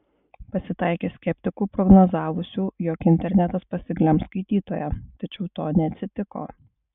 pasitaikė skeptikų prognozavusių jog internetas pasiglemš skaitytoją tačiau to neatsitiko